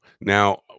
Now